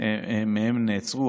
מהם נעצרו,